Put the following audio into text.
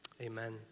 amen